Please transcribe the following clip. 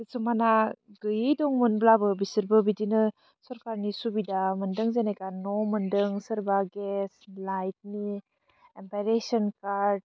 खिसुमाना गोयि दंमोनब्लाबो बिसोरबो बिदिनो सरकारनि सुबिदा मोन्दों जेनेखा न' मोन्दों सोरबा गेस लाइटनि आमफाय रेसन कार्ड